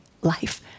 life